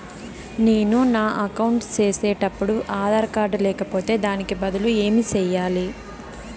నేను నా అకౌంట్ సేసేటప్పుడు ఆధార్ కార్డు లేకపోతే దానికి బదులు ఏమి సెయ్యాలి?